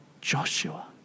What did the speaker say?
Joshua